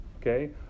okay